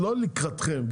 לא לקראתכם,